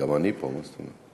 גם אני פה, מה זאת אומרת?